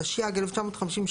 התשי"ג-1953,